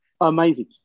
amazing